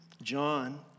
John